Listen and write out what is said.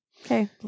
Okay